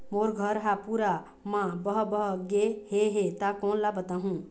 मोर घर हा पूरा मा बह बह गे हे हे ता कोन ला बताहुं?